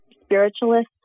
spiritualist